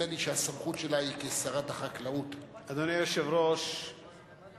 התשס"ט 2009, לא תידון היום, אנחנו